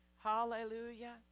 Hallelujah